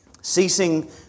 Ceasing